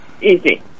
Easy